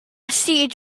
siege